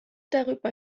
darüber